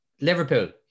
Liverpool